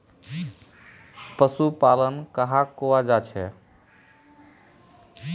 पशुपालन कहाक को जाहा?